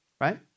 right